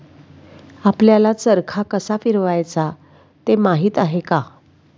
आपल्याला चरखा कसा फिरवायचा ते माहित आहे का?